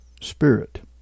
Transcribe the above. spirit